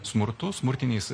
smurtu smurtiniais